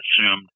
assumed